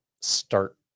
Start